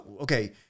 okay